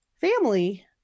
family